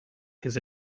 his